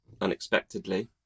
unexpectedly